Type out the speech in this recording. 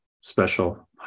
Special